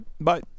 Bye